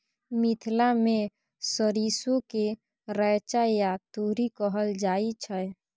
मिथिला मे सरिसो केँ रैचा या तोरी कहल जाइ छै